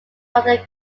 rather